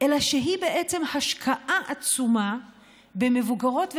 אלא שהיא בעצם השקעה עצומה במבוגרות ומבוגרים,